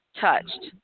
touched